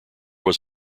was